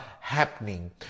happening